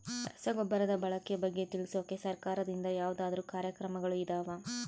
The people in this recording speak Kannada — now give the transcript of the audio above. ರಸಗೊಬ್ಬರದ ಬಳಕೆ ಬಗ್ಗೆ ತಿಳಿಸೊಕೆ ಸರಕಾರದಿಂದ ಯಾವದಾದ್ರು ಕಾರ್ಯಕ್ರಮಗಳು ಇದಾವ?